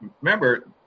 Remember